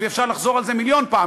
ואפשר לחזור על זה מיליון פעם,